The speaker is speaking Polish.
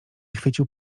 chwycił